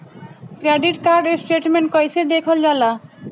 Credit card statement कइसे देखल जाला?